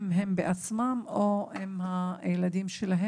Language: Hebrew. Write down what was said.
בין אם בעצמם ובין אם ילדיהם.